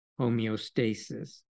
homeostasis